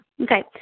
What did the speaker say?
okay